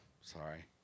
Sorry